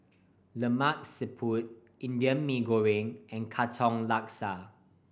Lemak Siput Indian Mee Goreng and Katong Laksa